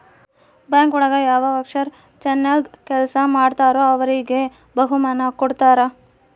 bank ಒಳಗ ಯಾವ worker ಚನಾಗ್ ಕೆಲ್ಸ ಮಾಡ್ತಾರೋ ಅವ್ರಿಗೆ ಬಹುಮಾನ ಕೊಡ್ತಾರ